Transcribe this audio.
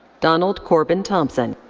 donald corben thompson.